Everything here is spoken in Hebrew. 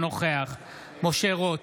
אינו נוכח משה רוט,